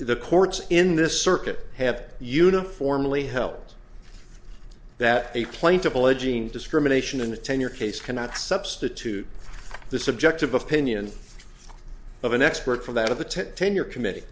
the courts in this circuit have uniformly held that a plaintiff alleging discrimination in a tenure case cannot substitute the subjective opinion of an expert for that of the tenure committee